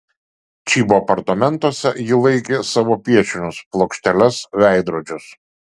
čybo apartamentuose ji laikė savo piešinius plokšteles veidrodžius